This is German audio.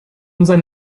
unser